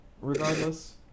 regardless